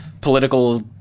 political